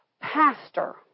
pastor